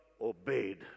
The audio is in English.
obeyed